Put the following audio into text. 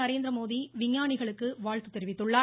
நரேந்திரமோடி விஞ்ஞானிகளுக்கு வாழ்த்து தெரிவித்துள்ளார்